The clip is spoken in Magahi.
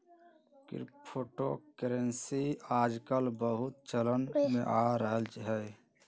क्रिप्टो करेंसी याजकाल बहुते चलन में आ रहल हइ